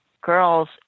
girls